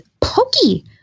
pokey